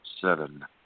seven